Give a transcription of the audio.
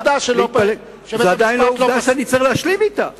עובדה שבית-המשפט לא פסל.